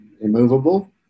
immovable